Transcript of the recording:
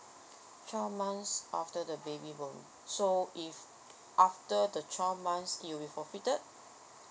twelve months after the baby born so if after the twelve months it will be forfeited